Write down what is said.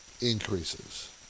increases